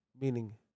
Meaning